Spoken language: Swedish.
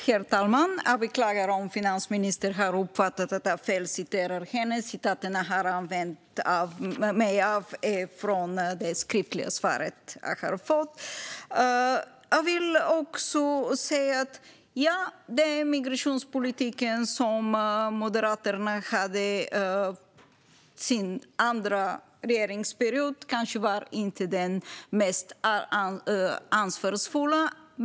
Herr talman! Jag beklagar om finansministern uppfattar det som att jag felciterat henne. Citaten jag har använt mig av är från det skriftliga svar som jag har fått. Den migrationspolitik som Moderaterna förde under sin andra regeringsperiod var kanske inte den mest ansvarsfulla.